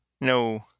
No